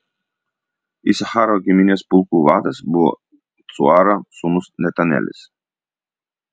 isacharo giminės pulkų vadas buvo cuaro sūnus netanelis